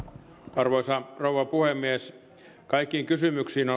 arvoisa rouva puhemies kaikkiin kysymyksiin